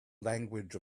language